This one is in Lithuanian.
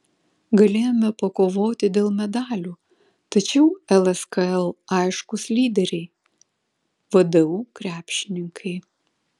galėjome pakovoti dėl medalių tačiau lskl aiškūs lyderiai vdu krepšininkai